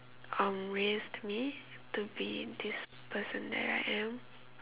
um raised me to be this person that I am